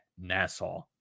Nassau